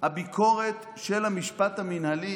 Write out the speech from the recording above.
הביקורת של המשפט המינהלי,